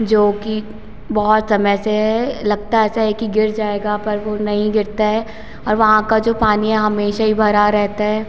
जो कि बहुत समय से लगता ऐसा है कि गिर जाएगा पर वह नहीं गिरता है और वहाँ का जो पानी हमेशा ही भरा रहता है